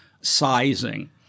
sizing